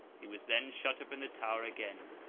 he was then shut up in the tower again,